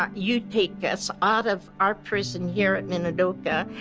um you take us out of our prison here at minidoka,